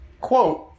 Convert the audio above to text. quote